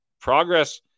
progress